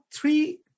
three